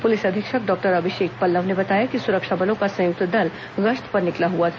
police अधीक्षक doctor Abhishek Pallav ने बताया कि सुरक्षा बलों का संयुक्त दल गश्त पर निकला हुआ था